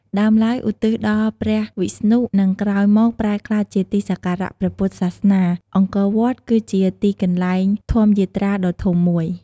ដើមឡើយឧទ្ទិសដល់ព្រះវិស្ណុ និងក្រោយមកប្រែក្លាយជាទីសក្ការៈព្រះពុទ្ធសាសនា អង្គរវត្តគឺជាទីកន្លែងធម្មយាត្រាដ៏ធំមួយ។